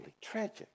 tragic